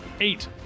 eight